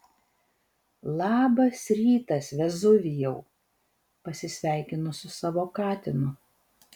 labas rytas vezuvijau pasisveikinu su savo katinu